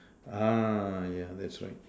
yeah that's right